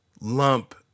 lump